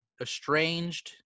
estranged